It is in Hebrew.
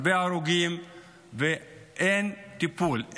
הרבה הרוגים ואין טיפול,